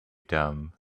dumb